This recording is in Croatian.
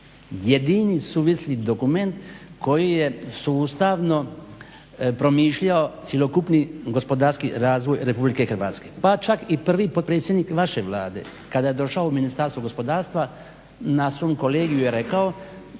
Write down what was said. jedini suvisli dokument koji je sustavno promišljao cjelokupni gospodarski razvoj RH pa čak i prvi potpredsjednik vaše Vlade kada je došao u Ministarstvo gospodarstva na svom kolegiju je rekao